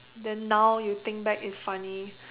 then now you think back it's funny